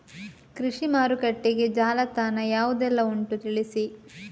ಕೃಷಿ ಮಾರುಕಟ್ಟೆಗೆ ಜಾಲತಾಣ ಯಾವುದೆಲ್ಲ ಉಂಟು ತಿಳಿಸಿ